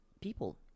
people